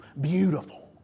Beautiful